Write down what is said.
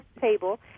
table